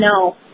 no